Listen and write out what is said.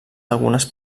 algunes